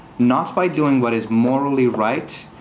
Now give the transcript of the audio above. not by doing what is morally right,